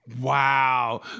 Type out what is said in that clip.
Wow